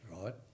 right